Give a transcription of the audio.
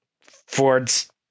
Ford's